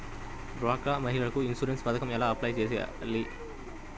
డ్వాక్రా మహిళలకు ఇన్సూరెన్స్ పథకం ఎలా అప్లై చెయ్యాలి?